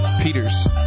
Peters